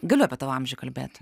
galiu apie tavo amžių kalbėt